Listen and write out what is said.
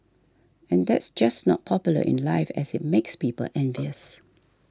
and that's just not popular in life as it makes people envious